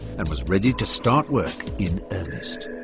and was ready to start work in earnest.